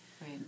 Right